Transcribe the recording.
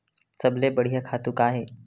सबले बढ़िया खातु का हे?